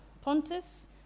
Pontus